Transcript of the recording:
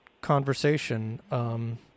conversation